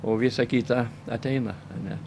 o visa kita ateina ane